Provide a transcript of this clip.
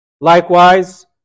Likewise